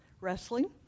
wrestling